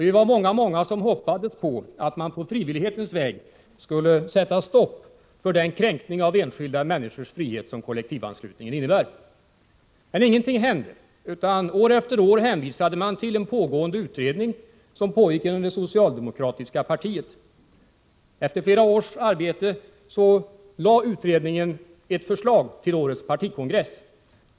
Vi var många som hoppades att man på frivillighetens väg skulle sätta stopp för den kränkning av enskilda människors frihet som kollektivanslutningen innebär. Men ingenting hände, utan år efter år har man hänvisat till pågående utredning inom det socialdemokratiska partiet. Efter flera års arbete lade utredningen fram ett förslag till årets partikongress.